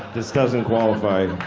this doesn't qualify.